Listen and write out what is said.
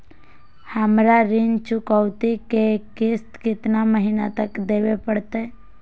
हमरा ऋण चुकौती के किस्त कितना महीना तक देवे पड़तई?